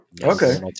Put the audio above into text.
Okay